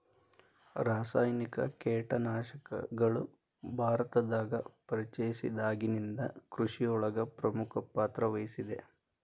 ರಾಸಾಯನಿಕ ಕೇಟನಾಶಕಗಳು ಭಾರತದಾಗ ಪರಿಚಯಸಿದಾಗನಿಂದ್ ಕೃಷಿಯೊಳಗ್ ಪ್ರಮುಖ ಪಾತ್ರವಹಿಸಿದೆ